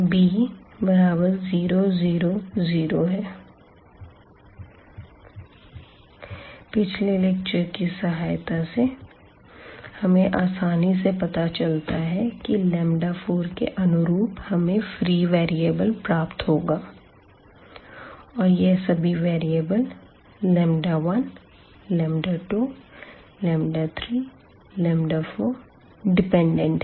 b0 0 0 पिछले lecture की सहायता से हमें आसानी से पता चलता है कि 4 के अनुरूप हमे फ्री वेरिएबल प्राप्त होगा और यह सभी वेरिएबल 1 2 3 4 डिपेंडेंट है